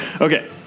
Okay